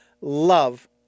love